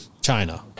China